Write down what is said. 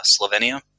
Slovenia